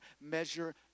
measure